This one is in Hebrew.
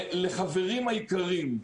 לחברים היקרים,